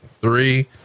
three